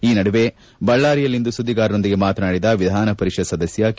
ಈ ನಡುವೆ ಬಳ್ಳಾರಿಯಲ್ಲಿಂದು ಸುದ್ದಿಗಾರರೊಂದಿಗೆ ಮಾತನಾಡಿದ ವಿಧಾನಪರಿಷತ್ ಸದಸ್ಯ ಕೆ